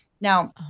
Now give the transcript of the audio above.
Now